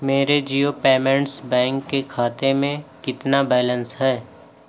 میرے Jio payments bank کے کھاتے میں کتنا بیلنس ہے